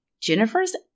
Jennifer's